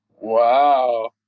wow